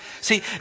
See